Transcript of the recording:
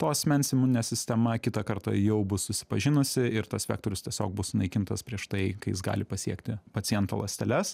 to asmens imuninė sistema kitą kartą jau bus susipažinusi ir tas vektorius tiesiog bus sunaikintas prieš tai kai jis gali pasiekti paciento ląsteles